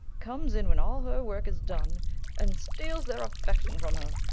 comes in when all her work is done and steals their affection from her.